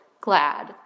glad